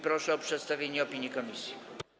Proszę o przedstawienie opinii komisji.